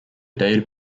dade